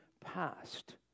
past